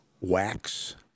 wax